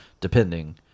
Depending